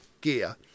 gear